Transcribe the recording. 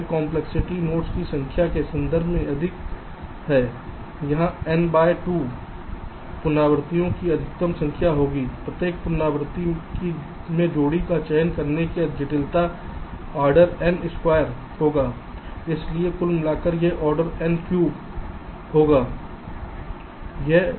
time complexity nodes की संख्या के संदर्भ अधिक है यहां n बाय 2 n 2 पुनरावृत्तियों की अधिकतम संख्या होगी प्रत्येक पुनरावृत्ति में जोड़ी का चयन करने की जटिलता ऑर्डर n स्क्वायर O होगा इसलिए कुल मिलाकर यह ऑर्डर n क्यूब O होगा